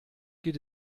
geht